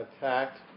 attacked